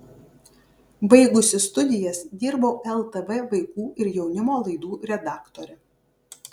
baigusi studijas dirbau ltv vaikų ir jaunimo laidų redaktore